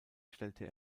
stellte